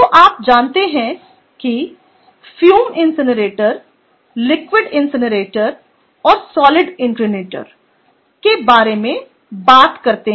तो आप जानते हैं कि फ्यूम इनसिनरेटर लिक्विड इंक्रीरेटर और सॉलिड इंक्रीरेटर के बारे में बात करते हैं